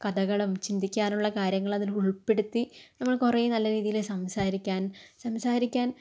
കഥകളും ചിന്തിക്കാനുള്ള കാര്യങ്ങൾ അതിൽ ഉൾപ്പെടുത്തി നമ്മൾ കുറെ നല്ല രീതിയില് സംസാരിക്കാൻ സംസാരിക്കാൻ